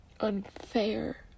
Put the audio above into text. unfair